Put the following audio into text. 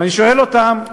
ואני שואל אותם: